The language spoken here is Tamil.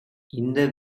இந்த